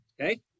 Okay